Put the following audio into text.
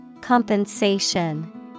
Compensation